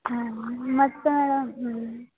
ಹ್ಞೂ ಮತ್ತು ಹ್ಞೂ